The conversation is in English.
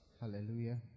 Hallelujah